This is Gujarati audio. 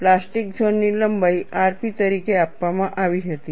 પ્લાસ્ટિક ઝોન ની લંબાઈ rp તરીકે આપવામાં આવી હતી